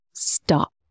Stop